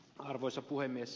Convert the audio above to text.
arvoisa puhemies